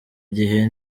gihe